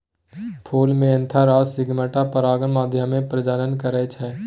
फुल मे एन्थर आ स्टिगमा परागण माध्यमे प्रजनन करय छै